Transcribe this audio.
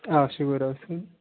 آ شُکُر حظ اَصٕل